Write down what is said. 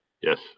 Yes